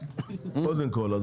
קודם כול.